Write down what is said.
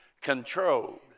controlled